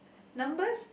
numbers